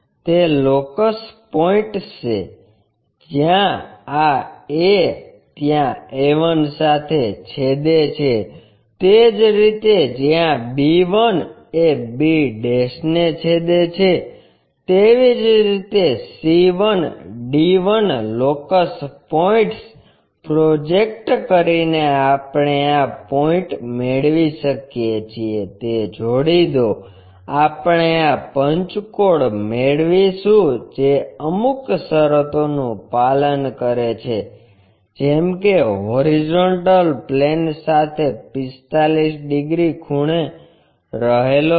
તે locus points છે જ્યાં આ a ત્યાં a1 સાથે છેદે છે તે જ રીતે જ્યાં b1 એ b ને છેદે છે તેવી જ રીતે c 1 d 1 locus points project કરીને આપણે આ પોઇન્ટ મેળવી શકીએ છીએ તે જોડી દો આપણે આ પંચકોણ મેળવીશું જે અમુક શરતો નું પાલન કરે છે જેમ કે HP સાથે 45 ડિગ્રી ખૂણે રહેલો છે